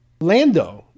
Lando